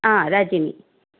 Rajini